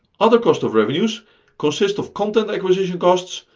other cost of revenues consists of content acquisition costs,